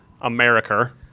America